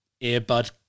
Earbud